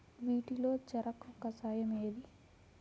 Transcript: వీటిలో చెరకు కషాయం ఏది?